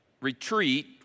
retreat